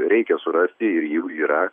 reikia surasti ir jų yra